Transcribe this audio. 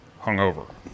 hungover